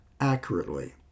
accurately